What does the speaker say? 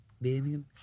Birmingham